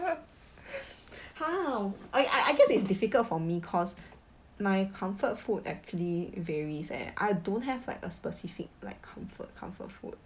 how I I I guess it's difficult for me cause my comfort food actually varies eh I don't have like a specific like comfort comfort food